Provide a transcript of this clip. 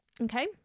Okay